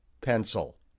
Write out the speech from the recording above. Pencil